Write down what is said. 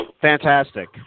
Fantastic